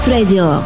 Radio